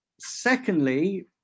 Secondly